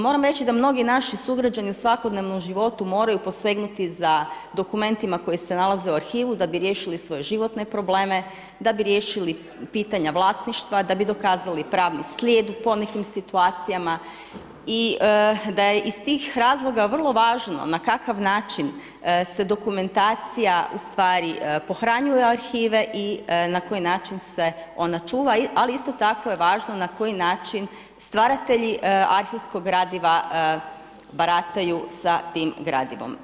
Moram reći da mnogi naši sugrađani u svakodnevnom životu moraju posegnuti za dokumentima koji se nalaze u arhivu da bi riješili svoje životne probleme, da bi riješili pitanja vlasništva, da bi dokazali pravni slijed u ponekim situacijama i da je iz tih razloga vrlo važno na kakav način se dokumentacija pohranjuje u arhive i na koji način se ona čuva, ali isto tako je važno na koji način stvaratelji arhivskog gradiva barataju sa tim gradivom.